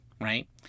Right